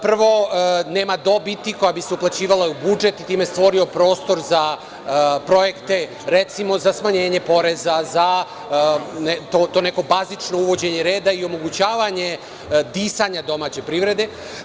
Prvo, nema dobiti koja bi se uplaćivala u budžet i time stvorio prostor za projekte, recimo za smanjenje poreza, za to neko bazično uvođenje reda i omogućavanje disanja domaće privrede.